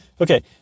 Okay